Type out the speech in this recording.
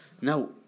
Now